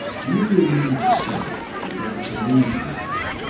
do you really mean to say that we are to leave you here?